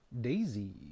Daisy